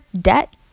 debt